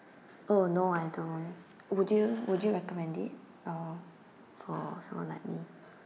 oh no I don't would you would you recommend it uh for someone like me